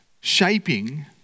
shaping